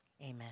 Amen